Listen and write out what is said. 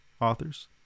authors